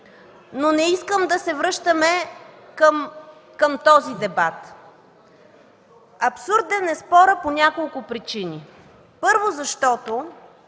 но не искам да се връщаме към този дебат. Абсурден е спорът по няколко причини – първо, защото,